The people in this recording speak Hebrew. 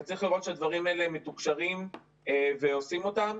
וצריך לראות שהדברים האלה מתוקשרים ועושים אותם.